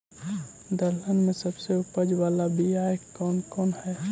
दलहन में सबसे उपज बाला बियाह कौन कौन हइ?